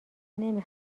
نمی